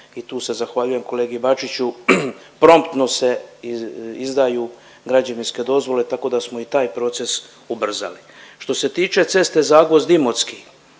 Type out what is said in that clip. i tu se zahvaljujem kolegi Bačiću promptno se izdaju građevinske dozvole, tako da smo i taj proces ubrzali. Što se tiče ceste Zagvozd – Imotski